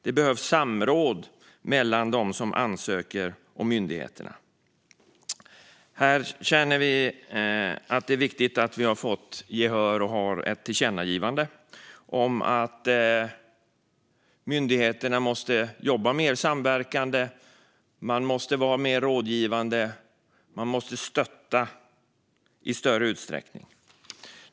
Det behövs samråd mellan dem som ansöker och myndigheterna. Här känner vi att det är viktigt att få gehör och har ett tillkännagivande om att myndigheterna måste jobba mer samverkande, vara mer rådgivande och stötta i större utsträckning.